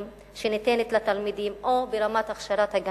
שניתנת לתלמידים או ברמת הכשרת הגננות.